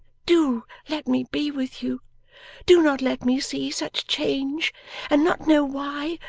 do let me be with you do not let me see such change and not know why,